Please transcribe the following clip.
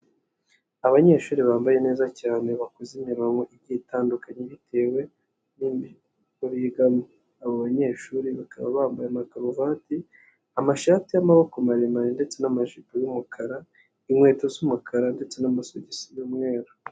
Abanyeshuri bambaye neza cyane bakoze imirongo igiye itandukanye bitewe n'ibigo bigamo, abo banyeshuri bakaba bambaye amakaruvati, amashati y'amaboko maremare ndetse n'amajipo y'umukara, inkweto z'umukara ndetse n'amasogisi y'umweru.